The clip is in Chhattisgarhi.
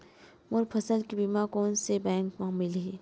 मोर फसल के बीमा कोन से बैंक म मिलही?